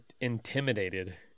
intimidated